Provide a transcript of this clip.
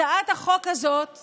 הצעת החוק הזאת תעבור,